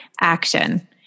action